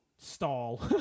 Stall